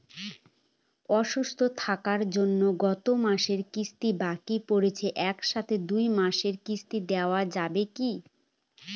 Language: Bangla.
অসুস্থ থাকার জন্য গত মাসের কিস্তি বাকি পরেছে এক সাথে দুই মাসের কিস্তি দেওয়া যাবে কি?